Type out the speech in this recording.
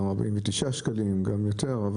גם 49 שקלים, גם יותר.